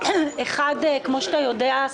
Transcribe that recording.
כמו שאתה יודע,